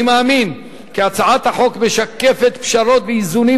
אני מאמין כי הצעת החוק משקפת פשרות ואיזונים